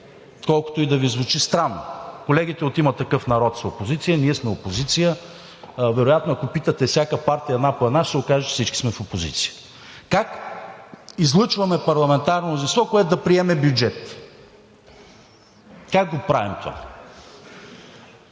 колкото и да Ви звучи странно. Колегите от „Има такъв народ“ са опозиция, ние сме опозиция вероятно, ако питате всяка партия една по една, ще се окаже, че всички сме в опозиция. Как излъчваме парламентарно мнозинство, което да приеме бюджет? Как го правим това?